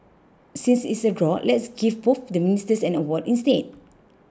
since it's a draw let's give both the ministers an award instead